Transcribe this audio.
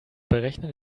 berechnen